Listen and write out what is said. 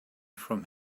from